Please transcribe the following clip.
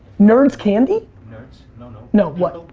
nerds candy? nerds, no no. no what?